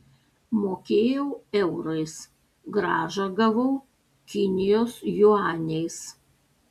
mokėjau eurais grąžą gavau kinijos juaniais